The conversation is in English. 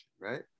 right